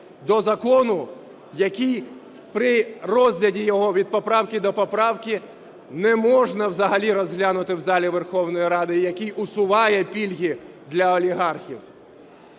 до закону, який при розгляді його від поправки до поправки не можна взагалі розглянути в залі Верховної Ради, який усуває пільги для олігархів.